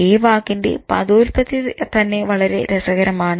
ഈ വാക്കിന്റെ പദോല്പത്തി വളരെ രസകരമാണ്